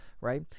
Right